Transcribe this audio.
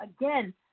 Again